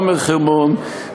עומר חרמון,